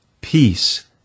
Peace